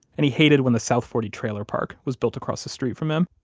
and he hated when the south forty trailer park was built across the street from him